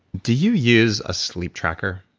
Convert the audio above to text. do you use a sleep tracker?